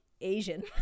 Asian